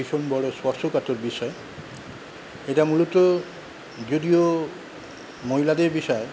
একটা ভীষণ বড় স্পর্শকাতর বিষয় এটা মূলত যদিও মহিলাদের বিষয়